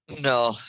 No